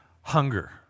hunger